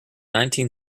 nineteen